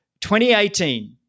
2018